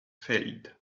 failed